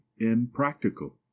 impractical